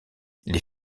les